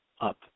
up